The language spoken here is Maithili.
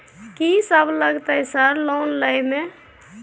कि सब लगतै सर लोन लय में?